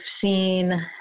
seen